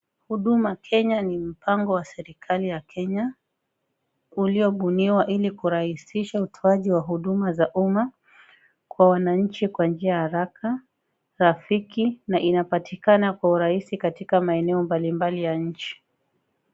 Huduma Kenya ni mpango wa serikali ya Kenya uliobuniwa ili kurahisisha utoaji wa huduma za umma kwa wananchi kwa njia ya haraka, hakiki na inapatikana kwa urahisi katika maeneo mbalimbali ya nchi.